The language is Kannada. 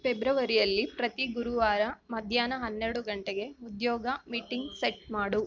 ಫೆಬ್ರವರಿಯಲ್ಲಿ ಪ್ರತಿ ಗುರುವಾರ ಮಧ್ಯಾಹ್ನ ಹನ್ನೆರಡು ಗಂಟೆಗೆ ಉದ್ಯೋಗ ಮೀಟಿಂಗ್ ಸೆಟ್ ಮಾಡು